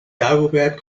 dagobert